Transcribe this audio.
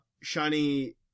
Shiny